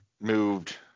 moved